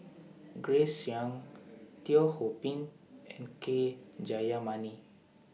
Grace Young Teo Ho Pin and K Jayamani